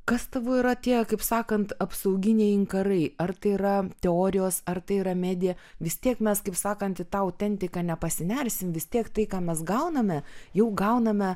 kas tavo yra tie kaip sakant apsauginiai inkarai ar tai yra teorijos ar tai yra medija vis tiek mes kaip sakant į tą autentika nepasinersim vis tiek tai ką mes gauname jau gauname